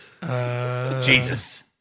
Jesus